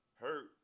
hurt